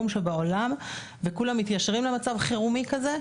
שבעולם וכולם מתיישרים למצב חירום כזה,